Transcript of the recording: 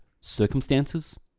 Circumstances